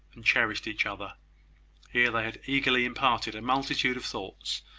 and cherished each other here they had eagerly imparted a multitude of thoughts,